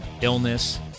illness